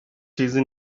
چیزی